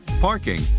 parking